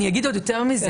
אני אגיד יותר מזה,